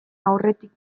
aurretik